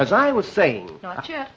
as i was saying not yet